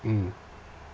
mm